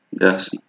Yes